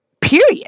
period